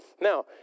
Now